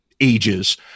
ages